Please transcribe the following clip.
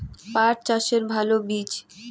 পাঠ চাষের ভালো বীজ?